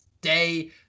day